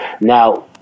Now